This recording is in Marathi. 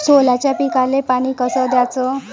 सोल्याच्या पिकाले पानी कस द्याचं?